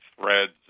threads